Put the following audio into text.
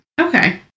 Okay